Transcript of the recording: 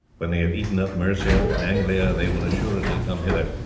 when they have eaten up mercia and anglia they will assuredly come hither,